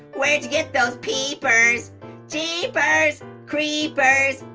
where'd you get those peepers jeepers creepers,